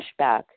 pushback